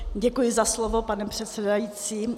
Děkuji za slovo, pane předsedající.